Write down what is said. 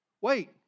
Wait